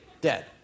Dead